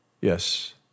Yes